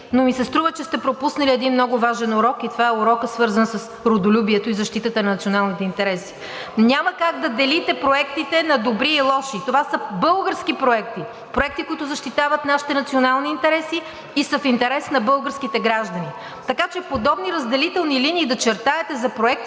но ми се струва, че сте пропуснали един много важен урок и това е урокът, свързан с родолюбието и защитата на националните интереси. (Реплики от „Продължаваме Промяната“.) Няма как да делите проектите на добри и лоши. Това са български проекти, проекти, които защитават нашите национални интереси и са в интерес на българските граждани. Така че да чертаете подобни разделителни линии за проекти,